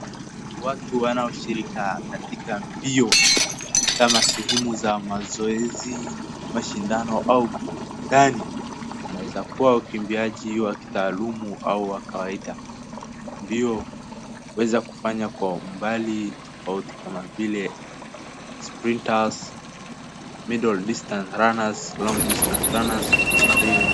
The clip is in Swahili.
Ni watu wanaoshirika katika mbio ama sehemu za mazoezi, mashindano au burudani, wanaezakuwa wachezaji wa kitaalumu au wa kawaida, mbio huweza kufanywa kwa umbali tofauti kama vile sprinters, middle-distance runners, long-distance runners and .